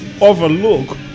overlook